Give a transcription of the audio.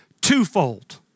twofold